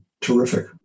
terrific